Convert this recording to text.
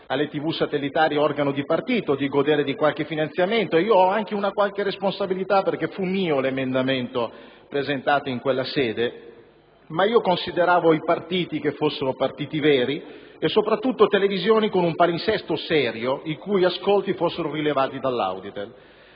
satellitari organo di partito di godere di qualche finanziamento; ho anche qualche responsabilità perché fu mio l'emendamento presentato in quella sede, ma io consideravo i partiti veri e, soprattutto, le televisioni con un palinsesto serio, i cui ascolti fossero rilevati dall'Auditel.